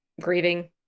grieving